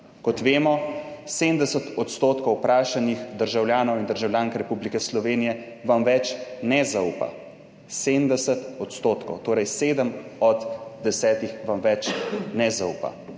Kot vemo, 70 % vprašanih državljanov in državljank Republike Slovenije vam več ne zaupa. 70 % torej sedem od desetih vam več ne zaupa